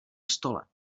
stole